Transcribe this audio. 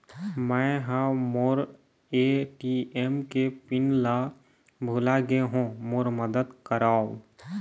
मै ह मोर ए.टी.एम के पिन ला भुला गे हों मोर मदद करौ